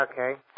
Okay